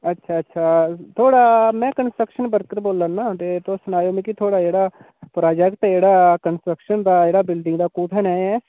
अच्छा अच्छा थुआढ़ा में कंस्ट्रक्शन वर्कर बोल्ला ना ते तुस सनाएओ मिकी थुआढ़ा जेह्ड़ा प्रोजैक्ट जेह्ड़ा कंस्ट्रक्शन दा जेह्ड़ा बिल्डिंग दा कुत्थै नेह् ऐ